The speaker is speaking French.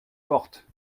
forte